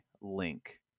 link